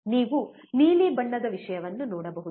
ನೀವು ನೀಲಿ ಬಣ್ಣದ ವಿಷಯವನ್ನು ನೋಡಬಹುದು